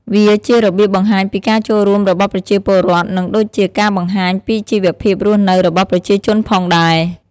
វាជារបៀបបង្ហាញពីការចូលរួមរបស់ប្រជាពលរដ្ឋ និងដូចជាការបង្ហាញពីជីវភាពរស់នៅរបស់ប្រជាជនផងដែរ។